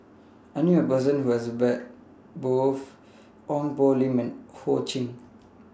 I knew A Person Who has Met Both Ong Poh Lim and Ho Ching